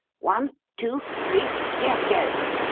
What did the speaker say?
one, two, three here goes!